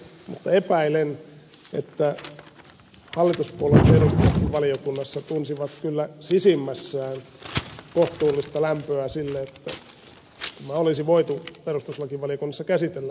mutta epäilen että hallituspuolueiden edustajat valiokunnassa tunsivat kyllä sisimmässään kohtuullista lämpöä sille että tämä olisi voitu perustuslakivaliokunnassa käsitellä